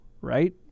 right